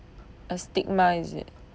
a stigma is it